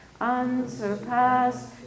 unsurpassed